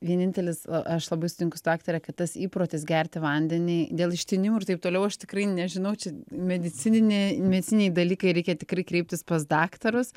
vienintelis aš labai sutinku su daktare kad tas įprotis gerti vandenį dėl ištinimų ir taip toliau aš tikrai nežinau čia medicininė medicininiai dalykai reikia tikrai kreiptis pas daktarus